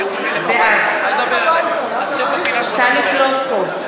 בעד טלי פלוסקוב,